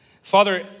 Father